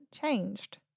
changed